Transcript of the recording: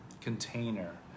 container